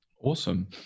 Awesome